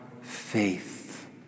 faith